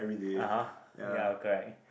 (uh huh) ya correct